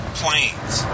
planes